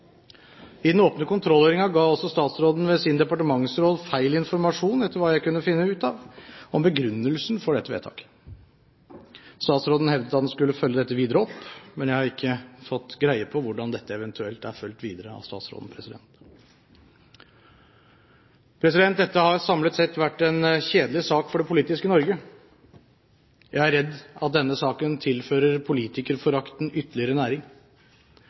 I den åpne kontrollhøringen ga også statsråden ved sin ekspedisjonssjef feil informasjon etter hva jeg kunne finne ut av, om begrunnelsen for dette vedtaket. Statsråden hevdet at han skulle følge dette videre opp, men jeg har ikke fått greie på hvordan dette eventuelt er fulgt videre av statsråden. Dette har samlet sett vært en kjedelig sak for det politiske Norge. Jeg er redd denne saken tilfører politikerforakten ytterligere næring.